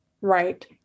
Right